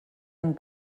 amb